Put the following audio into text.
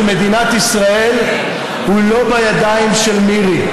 הביטחון של מדינת ישראל הוא לא בידיים של מירי.